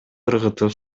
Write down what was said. ыргытып